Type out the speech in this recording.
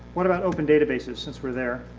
what about open databases since we are there?